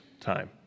time